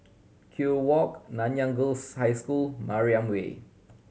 Kew Walk Nanyang Girls' High School Mariam Way